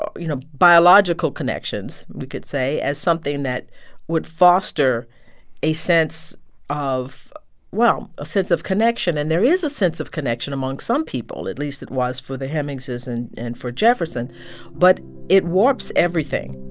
ah you know, biological connections, we could say, as something that would foster a sense of well, a sense of connection and there is a sense of connection among some people at least it was for the hemingses and and for jefferson but it warps everything.